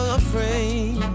afraid